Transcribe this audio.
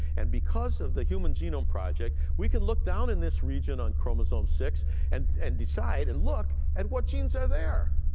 and because of the human genome project, we can loo down in this region on chromosome six and and decide and look at what genes are there.